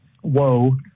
whoa